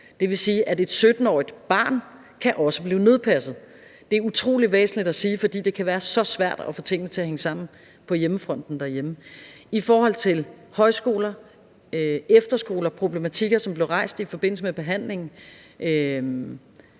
Det vil sige, at et 17-årigt barn også kan blive nødpasset. Det er utrolig væsentligt at sige, fordi det kan være så svært at få tingene til at hænge sammen på hjemmefronten. I forhold til højskoler og efterskoler og de problematikker, som der her blev rejst i forbindelse med behandlingen,